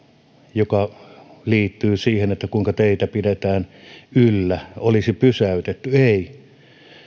joka liittyy siihen kuinka teitä pidetään yllä olisi pysäytetty ei